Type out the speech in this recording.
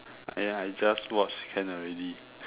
!Aiya! just watch can already